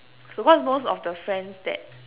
so cause most of the friends that